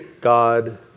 God